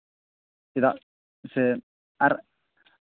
ᱪᱮᱫᱟᱜ ᱥᱮ ᱟᱨ